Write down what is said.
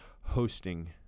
hosting